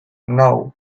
nou